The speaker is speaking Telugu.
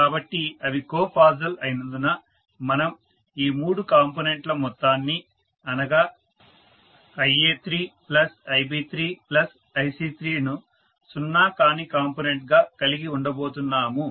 కాబట్టి అవి కో ఫాసల్ అయినందున మనం ఈ మూడు కాంపోనెంట్ ల మొత్తాన్ని అనగా Ia3Ib3Ic3 ను సున్నా కాని కాంపొనెంట్ గా కలిగి ఉండబోతున్నాము